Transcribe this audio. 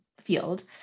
field